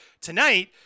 tonight